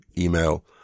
email